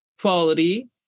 quality